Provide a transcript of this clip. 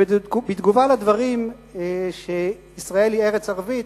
ובתגובה על דברים שישראל היא ארץ ערבית,